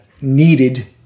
needed